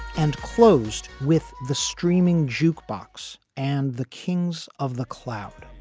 and closed with the streaming jukebox and the kings of the cloud.